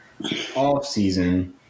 offseason